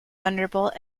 thunderbolt